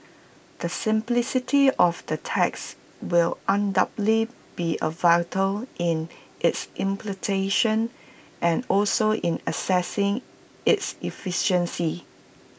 the simplicity of the tax will undoubtedly be A virtue in its implementation and also in assessing its efficacy